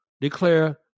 declare